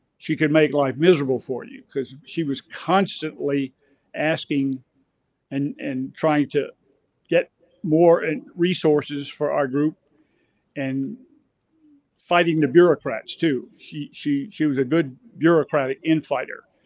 she could make life miserable for you because she was constantly asking and and trying to get more and resources for our group and fighting the bureaucrats too. she she she was a good bureaucratic infighter.